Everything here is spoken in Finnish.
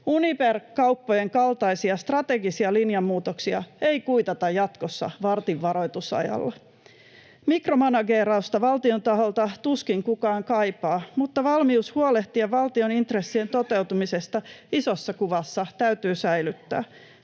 Uniper-kauppojen kaltaisia strategisia linjanmuutoksia ei kuitata jatkossa vartin varoitusajalla. Mikromanageerausta valtion taholta tuskin kukaan kaipaa, mutta valmius huolehtia valtion intressien toteutumisesta isossa kuvassa täytyy säilyttää.